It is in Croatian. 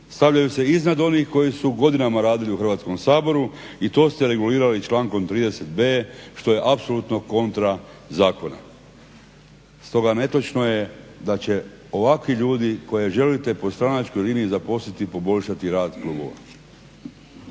stavljaju se iznad onih koji su godinama radili u Hrvatskom saboru i to ste regulirali člankom 3 0.b što je apsolutno kontra zakona. Stoga netočno je da će ovakvi ljudi koje želite po stranačkoj liniji zaposliti poboljšati rad